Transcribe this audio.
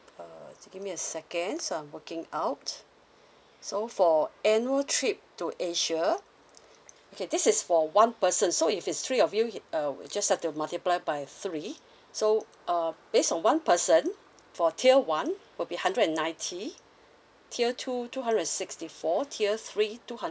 uh give me a second so I'm working out so for annual trip to asia okay this is for one person so if it's three of you uh we just have to multiply by three so um based on one person for tier one will be hundred and ninety tier two two hundred and sixty four tier three two hundred